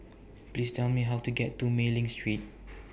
Please Tell Me How to get to Mei Ling Street